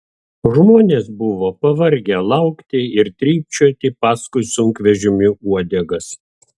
žmonės buvo pavargę laukti ir trypčioti paskui sunkvežimių uodegas